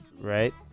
Right